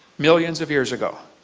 millions of years ago!